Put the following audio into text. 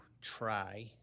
try